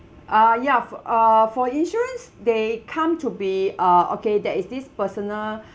uh ya for uh for insurance they come to be uh okay there is this personal